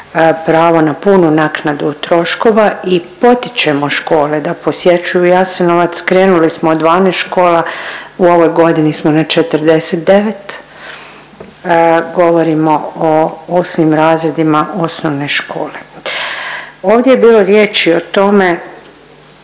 pravo na punu naknadu troškova i potičemo škole da posjećuju Jasenovac, krenuli smo od 12 škola, u ovoj godini smo na 49. Govorimo o 8. razredima osnovne škole. Ovdje je bilo riječi o tome